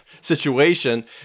situation